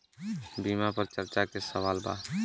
बीमा पर चर्चा के सवाल बा?